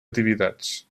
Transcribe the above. atividades